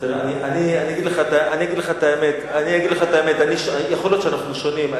אני אגיד לך את האמת, יכול להיות שאנחנו שונים.